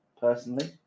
personally